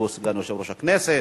הוא סגן יושב-ראש הכנסת.